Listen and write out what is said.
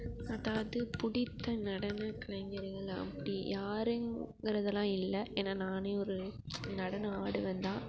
அதாவது பிடித்த நடனக் கலைஞர்கள் அப்படி யாருங்கிறதெலாம் இல்லை ஏன்னால் நானே ஒரு நடனம் ஆடுவேன் தான்